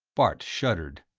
bart shuddered.